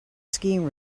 skiing